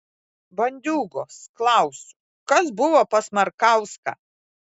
bandiūgos klausiu kas buvo pas markauską